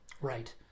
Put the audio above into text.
right